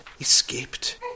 escaped